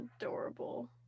adorable